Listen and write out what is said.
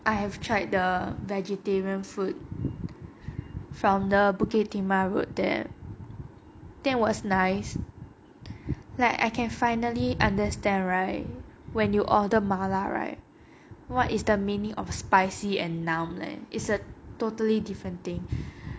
I have tried the vegetarian food from the bukit timah road there that was nice like I can finally understand right when you order mala right what is the meaning of spicy and numb leh it's a totally different thing